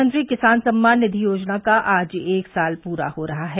प्रधानमंत्री किसान सम्मान निधि योजना का आज एक साल पूरा हो रहा है